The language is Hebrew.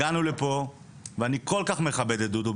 הגענו לפה, ואני כל כך מכבד את דודו.